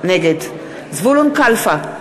נגד זבולון קלפה,